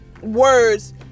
words